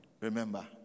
Remember